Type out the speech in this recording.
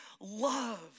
love